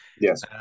Yes